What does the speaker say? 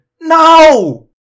No